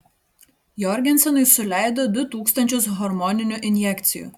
jorgensenui suleido du tūkstančius hormoninių injekcijų